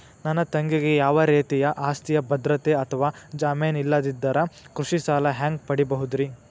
ನನ್ನ ತಂಗಿಗೆ ಯಾವ ರೇತಿಯ ಆಸ್ತಿಯ ಭದ್ರತೆ ಅಥವಾ ಜಾಮೇನ್ ಇಲ್ಲದಿದ್ದರ ಕೃಷಿ ಸಾಲಾ ಹ್ಯಾಂಗ್ ಪಡಿಬಹುದ್ರಿ?